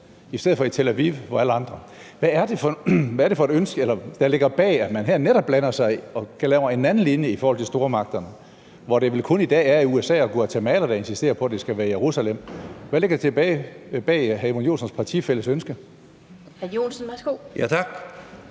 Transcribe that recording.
i stedet for i Tel Aviv, hvor alle andre ligger? Hvad er det for et ønske, der ligger bag, at man netop her blander sig og lægger en anden linje i forhold til stormagterne, hvor det vel i dag kun er USA og Guatemala, der insisterer på, at det skal være i Jerusalem? Hvad ligger der bag hr. Edmund Joensens partifælles ønske?